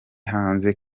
hanze